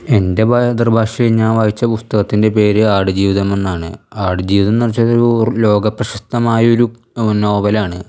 എന്റെ ഭാതൃഭാഷയെ ഞാന് വായിച്ച പുസ്തകത്തിന്റെ പേര് ആട് ജീവിതം എന്നാണ് ആട് ജീവിതം എന്ന് വെച്ചാൽ ഒരു ലോകപ്രശസ്തമായ ഒരു നോവലാണ്